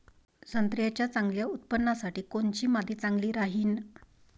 संत्र्याच्या चांगल्या उत्पन्नासाठी कोनची माती चांगली राहिनं?